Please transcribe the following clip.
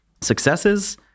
Successes